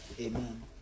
Amen